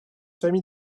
famille